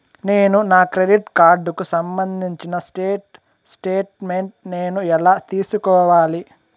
నేను నా క్రెడిట్ కార్డుకు సంబంధించిన స్టేట్ స్టేట్మెంట్ నేను ఎలా తీసుకోవాలి?